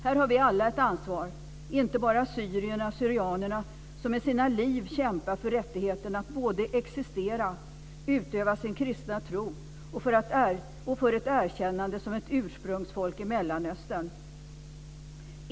Här har vi alla ett ansvar - inte bara assyrier/syrianerna, som med sina liv kämpar för rättigheten att både existera och utöva sin kristna tro och för ett erkännande som ett ursprungsfolk i Mellanöstern.